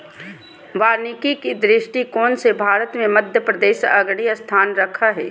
वानिकी के दृष्टिकोण से भारत मे मध्यप्रदेश अग्रणी स्थान रखो हय